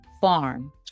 Farm